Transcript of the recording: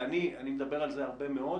אני מדבר על זה הרבה מאוד,